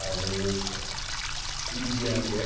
आरो India gate